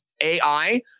AI